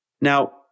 Now